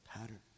pattern